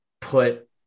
put